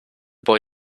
boy